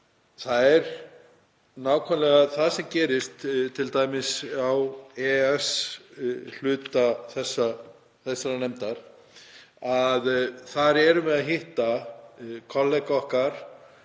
Það er nákvæmlega það sem gerist t.d. í EES-hluta þessarar nefndar. Þar erum við að hitta kollega okkar